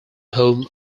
home